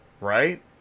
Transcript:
Right